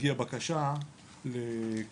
שתגיע בקשה לכרטיס,